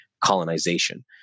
colonization